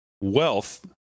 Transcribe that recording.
wealth